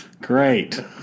Great